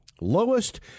Lowest